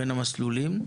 בין המסלולים,